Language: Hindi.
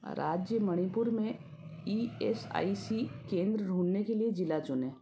राज्य मणिपुर में ई एस आई सी केंद्र ढूँढ़ने के लिए ज़िला चुनें